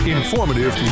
Informative